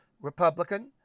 Republican